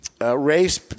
race